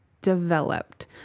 developed